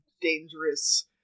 dangerous